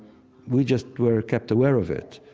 we just were kept aware of it.